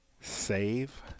Save